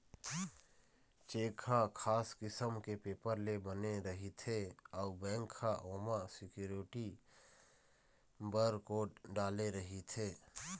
cheque ह खास किसम के पेपर ले बने रहिथे अउ बेंक ह ओमा सिक्यूरिटी बर कोड डाले रहिथे